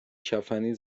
کفنی